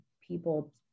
people